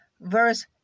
verse